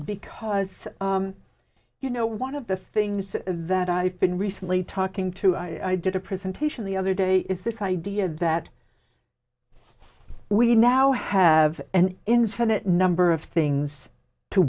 because you know one of the things that i've been recently talking to i did a presentation the other day is this idea that we now have an infinite number of things to